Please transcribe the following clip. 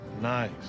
Nice